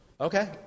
Okay